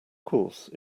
course